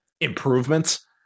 improvements